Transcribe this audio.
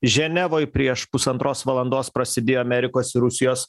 ženevoj prieš pusantros valandos prasidėjo amerikos ir rusijos